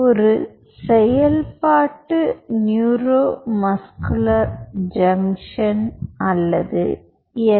ஒரு செயல்பாட்டு neuro muscular junction அல்லது என்